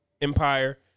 Empire